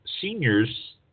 seniors